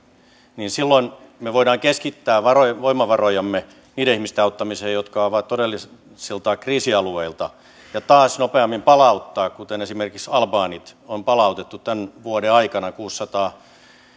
niin silloin me voimme keskittää voimavarojamme niiden ihmisten auttamiseen jotka ovat todellisilta kriisialueilta ja taas nopeammin palauttaa kuten esimerkiksi albaanit on palautettu tämän vuoden aikana kuusisataa